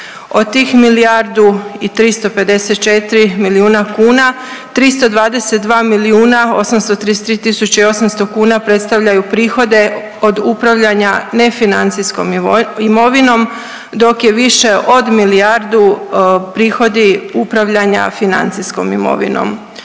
Od tih milijardu i 354 milijuna kuna, 322 milijuna 833 tisuće i 800 kuna predstavljaju prihode od upravljanja nefinancijskom imovinom, dok je više od milijardu prihodi upravljanja financijskom imovinom.